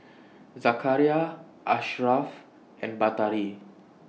Zakaria Asharaff and Batari